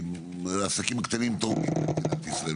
העסקים הקטנים תורמים למדינת ישראל,